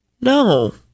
No